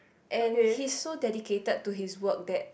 and he's so dedicated to his work that